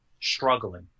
struggling